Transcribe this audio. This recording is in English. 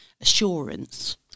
assurance